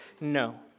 No